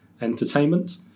Entertainment